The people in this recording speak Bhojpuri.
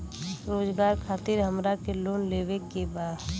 रोजगार खातीर हमरा के लोन लेवे के बा?